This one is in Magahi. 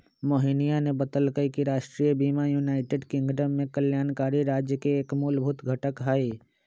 मोहिनीया ने बतल कई कि राष्ट्रीय बीमा यूनाइटेड किंगडम में कल्याणकारी राज्य के एक मूलभूत घटक हई